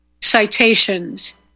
citations